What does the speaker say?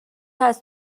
هست